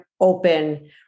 open